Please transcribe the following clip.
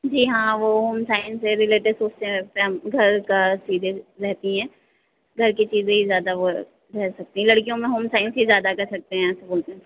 जी हाँ वो home science से रिलेटेड सोचते हैं हम घर का चीजें रहती हैं घर की हैं चीजें हीं ज्यादा वो रह सकती हैं लड़कियों में वो होम साइंस से ज्यादा कर सकते हैं होम साइंस